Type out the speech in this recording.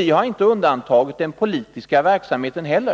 Vi har inte heller undantagit den politiska verksamheten.